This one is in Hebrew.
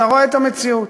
אתה רואה את המציאות.